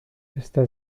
esta